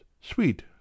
sweet